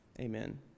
Amen